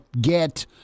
get